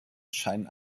scheinen